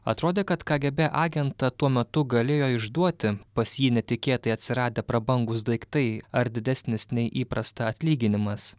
atrodė kad kgb agentą tuo metu galėjo išduoti pas jį netikėtai atsiradę prabangūs daiktai ar didesnis nei įprasta atlyginimas